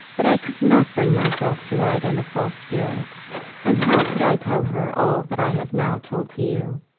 but i could not bring myself to write in a false spirit and how could i tell her all that i have now told to you?